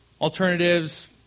Alternatives